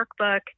workbook